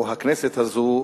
או שהכנסת הזו